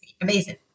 Amazing